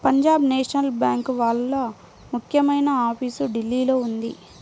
Punjab national bank వాళ్ళ ముఖ్యమైన office ఢిల్లీలో ఉంది